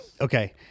okay